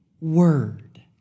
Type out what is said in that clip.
word